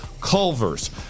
Culver's